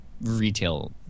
retail